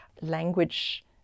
language